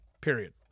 period